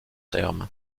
terme